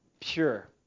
pure